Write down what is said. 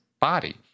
body